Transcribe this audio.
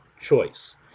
choice